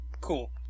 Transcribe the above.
Cool